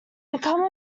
become